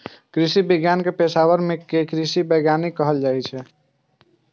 कृषि विज्ञान के पेशवर कें कृषि वैज्ञानिक कहल जाइ छै